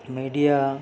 media